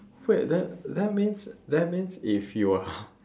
wait that that means that means if you are